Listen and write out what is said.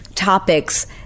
Topics